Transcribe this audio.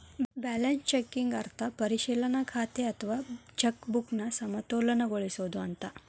balance checking ಅರ್ಥ ಪರಿಶೇಲನಾ ಖಾತೆ ಅಥವಾ ಚೆಕ್ ಬುಕ್ನ ಸಮತೋಲನಗೊಳಿಸೋದು ಅಂತ